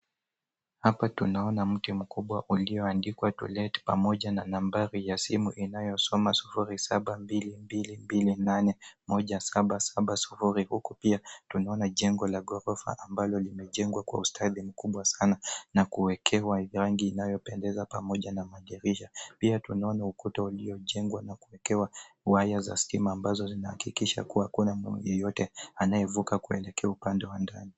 Hapa tunaona mti mkubwa ulioandikwa To Let pamoja na nambari ya simu inayosoma 0722 281 770 huku pia tunaona jengo la gorofa ambalo limejengwa kwa ustadi mkubwa sana na kuwekewa rangi inayopendeza pamoja na dirisha. Pia tunaona ukuta uliojengwa na kuwekewa waya za stima ambazo zinahakikisha kuwa hakuna mwizi yeyote anayevuka kuelekea upande wa ndani.